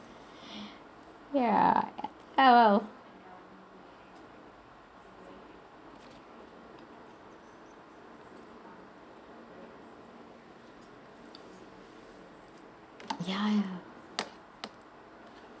ya ah well ya ya